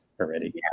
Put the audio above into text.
already